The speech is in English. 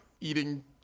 eating